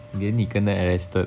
then he kena arrested